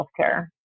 healthcare